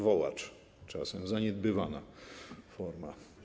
Wołacz - czasem zaniedbywana forma.